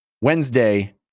Wednesday